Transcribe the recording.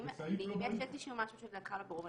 אם יש משהו שלדעתך הוא לא ברור,